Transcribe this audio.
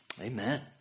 amen